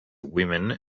women